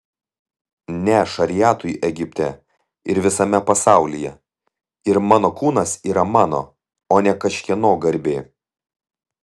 ne šariatui egipte ir visame pasaulyje ir mano kūnas yra mano o ne kažkieno garbė